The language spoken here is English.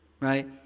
right